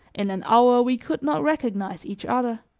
in an hour we could not recognize each other.